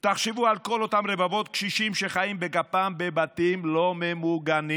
תחשבו על כל אותם רבבות קשישים שחיים בגפם בבתים לא ממוגנים.